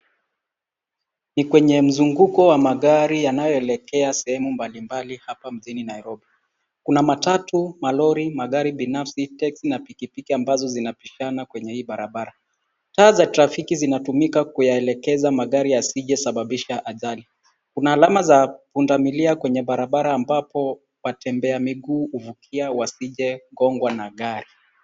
Ni kwenye mzunguko wa magari yanayoelekea sehemu mbali mbali hapa mjini Nairobi. Kuna matatu, malori, magari binafsi, teksi na pikipiki ambazo zinapishana kwenye hii barabara. Taa za trafiki zinatumika kuyaelekeza magari yasijesababisha ajali. Kuna alama za punda milia kwenye barabara ambapo watembea miguu huvukia wasijegongwa na gari.